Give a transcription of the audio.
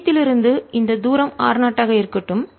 மையத்திலிருந்து இந்த தூரம் r 0 ஆக இருக்கட்டும்